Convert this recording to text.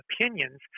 opinions